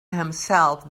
himself